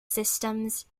systems